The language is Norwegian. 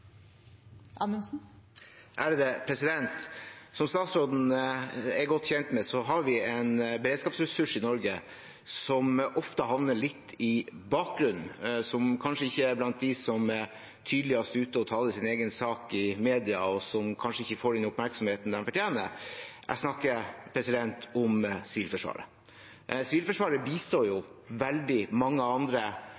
godt kjent med, har vi en beredskapsressurs i Norge som ofte havner litt i bakgrunnen, som kanskje ikke er blant dem som er tydeligst ute og taler sin egen sak i media, og som kanskje ikke får den oppmerksomheten de fortjener. Jeg snakker om Sivilforsvaret. Sivilforsvaret bistår